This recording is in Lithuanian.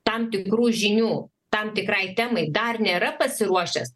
tam tikrų žinių tam tikrai temai dar nėra pasiruošęs